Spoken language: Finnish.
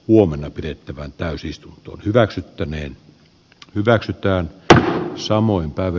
huomenna pidettävään täysistunto hyväksyttäneen hyväksytään että samoin päivi